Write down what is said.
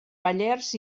pallers